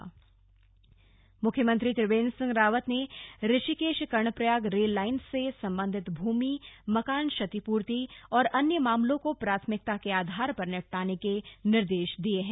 समीक्षा बैठक मुख्यमंत्री त्रिवेन्द्र सिंह रावत ने ऋषिकेश कर्णप्रयाग रेल लाइन से सम्बन्धित भूमि मकान क्षतिपूर्ति और अन्य मामलों को प्राथमिकता के आधार पर निपटाने के निर्देश दिये हैं